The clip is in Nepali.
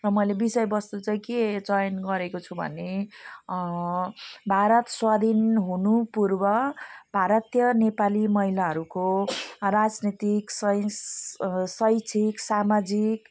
र मैले विषयवस्तु चाहिँ के चयन गरेको छु भने भारत स्वाधीन हुनु पूर्व भारतीय नेपाली महिलाहरूको राजनीतिक सै शैक्षिक सामाजिक